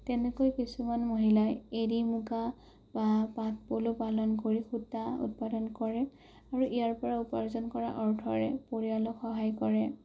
তেনেকৈ কিছুমান মহিলাই এৰি মুগা বা পাট পলু পালন কৰি সূতা উৎপাদন কৰে আৰু ইয়াৰ পৰা উপাৰ্জন কৰা অৰ্থৰে পৰিয়ালক সহায় কৰে